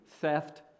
theft